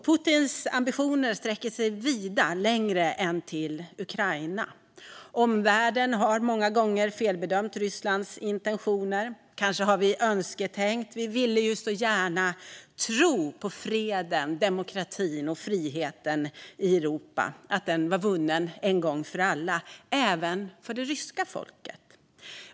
Putins ambitioner sträcker sig vida längre än till Ukraina. Omvärlden har många gånger felbedömt Rysslands intentioner. Kanske har vi önsketänkt. Vi ville ju så gärna tro på freden, demokratin och friheten i Europa och att den var vunnen en gång för alla, även för det ryska folket.